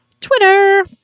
Twitter